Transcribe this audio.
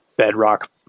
bedrock